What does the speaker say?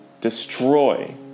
destroy